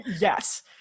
Yes